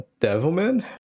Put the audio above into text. Devilman